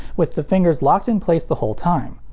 with the fingers locked in place the whole time.